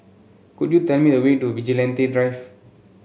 could you tell me the way to Vigilante Drive